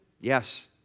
Yes